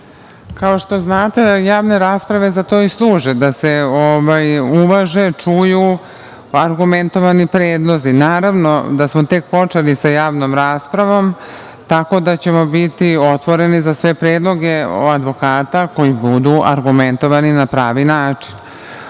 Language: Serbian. Kao što znate, javne rasprave za to i služe, da se uvaže, čuju argumentovani predlozi. Naravno da smo tek počeli sa javnom raspravom, tako da ćemo biti otvoreni za sve predloge advokata, ako ih budu, argumentovani na pravi način. Ono